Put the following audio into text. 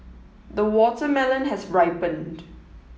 the watermelon has ripened